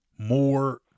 more